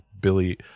billy